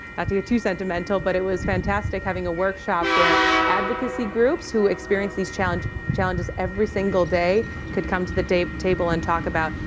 not to get too sentimental. but it was fantastic having a workshop where advocacy groups who experience these challenges challenges every single day could come to the table and talk about,